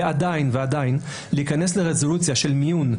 ועדיין להיכנס לרזולוציה של מיון,